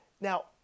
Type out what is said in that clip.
now